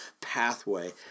pathway